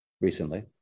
recently